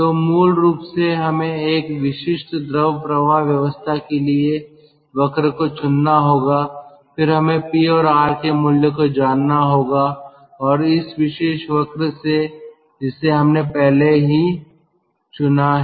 तो मूल रूप से हमें एक विशिष्ट द्रव प्रवाह व्यवस्था के लिए वक्र को चुनना होगा फिर हमें पी और आर के मूल्य को जानना होगा और इस विशेष वक्र से जिसे हमने पहले ही चुना है